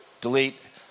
Delete